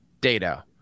data